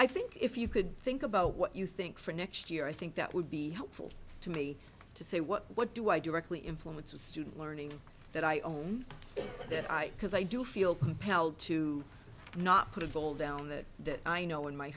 i think if you could think about what you think for next year i think that would be helpful to me to say what do i directly influence with student learning that i own that i because i do feel compelled to not put a ball down the that i know in my